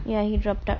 ya he dropped out